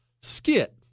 skit